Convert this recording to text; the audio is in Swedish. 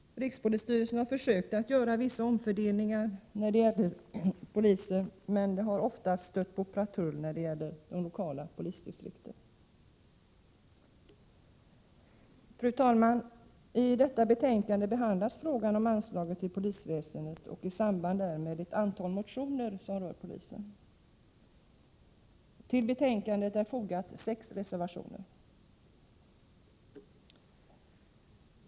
Rikspolisstyrelsen har försökt att göra vissa omfördelningar när det gäller polisresurser, men detta har oftast stött på patrull i de lokala polisdistrikten. Fru talman! I föreliggande betänkande behandlas frågan om anslag till polisväsendet och i samband härmed ett antal motioner som rör polisen. Till betänkandet är fogade sex reservationer.